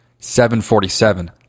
747